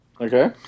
Okay